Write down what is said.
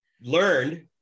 learned